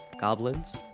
Goblins